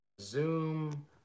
Zoom